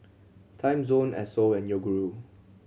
Timezone Esso and Yoguru